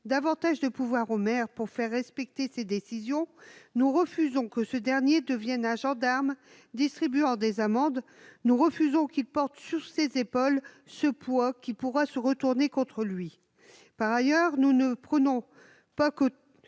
davantage de pouvoir au maire pour faire respecter ses décisions, nous refusons que ce dernier devienne un gendarme, distribuant des amendes, nous refusons qu'il porte sur ses épaules ce poids qui pourra se retourner contre lui, par ailleurs, nous ne prenons pas que